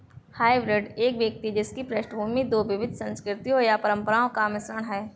hybrid एक व्यक्ति जिसकी पृष्ठभूमि दो विविध संस्कृतियों या परंपराओं का मिश्रण है